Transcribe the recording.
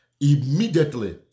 immediately